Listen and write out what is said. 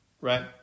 right